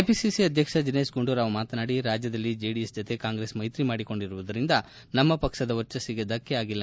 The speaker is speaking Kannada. ಕೆಪಿಸಿಸಿ ಅಧ್ಯಕ್ಷ ದಿನೇತ್ ಗುಂಡೂರಾವ್ ಮಾತನಾಡಿ ರಾಜ್ಯದಲ್ಲಿ ಕಾಂಗ್ರೆಸ್ ಮೈತ್ರಿಮಾಡಿಕೊಂಡಿರುವುದರಿಂದ ನಮ್ಮ ಪಕ್ಷದ ವರ್ಚಸ್ಲಿಗೆ ಧಕ್ಕೆ ಆಗಿಲ್ಲ